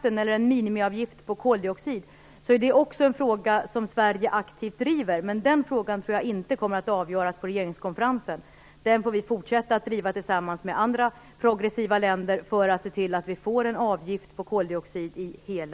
frågan om en minimiavgift på koldioxid. Men den frågan tror jag inte kommer att avgöras på regeringskonferensen. Den får vi fortsätta att driva tillsammans med andra progressiva länder för att se till att vi får en avgift på koldioxid i hela